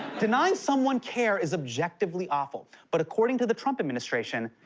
denying someone care is objectively awful, but according to the trump administration,